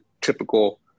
typical